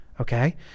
okay